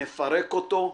נפרק אותו,